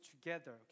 together